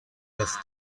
das